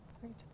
Great